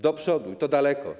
Do przodu, i to daleko.